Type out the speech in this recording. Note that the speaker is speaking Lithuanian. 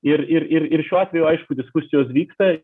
ir ir ir ir šiuo atveju aišku diskusijos vyksta